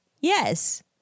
Yes